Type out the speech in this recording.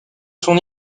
son